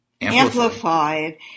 amplified